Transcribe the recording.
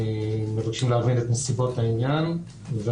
מבקשים להבין את נסיבות העניין ואז